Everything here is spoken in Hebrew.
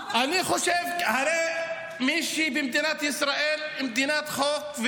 --- הרי במדינת ישראל היא מדינת חוק,